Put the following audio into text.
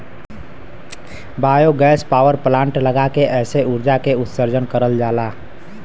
biogas power plant लगा के एसे उर्जा के उत्सर्जन करल जाला